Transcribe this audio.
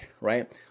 right